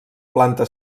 planta